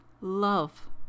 love